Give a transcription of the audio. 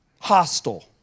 hostile